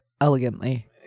elegantly